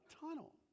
Tunnel